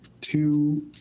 two